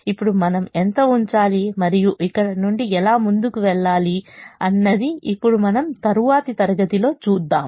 ఇప్పుడు మనం ఎంత ఉంచాలి మరియు ఇక్కడి నుండి ఎలా ముందుకు వెళ్లాలి అన్నది ఇప్పుడు మనం తరువాతి తరగతిలో చూద్దాము